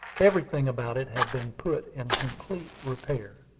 everything about it had been put in complete repair,